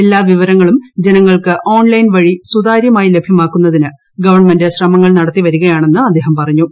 എല്ലാവിവരങ്ങളും ജനങ്ങൾക്ക് ഓൺലൈൻ വഴി സുതാര്യമായി ലഭ്യമാക്കുന്നതിന് ഗവൺമെന്റ് ശ്രമങ്ങൾ നടത്തിവരികയാണെന്ന് അദ്ദേഹം പറഞ്ഞു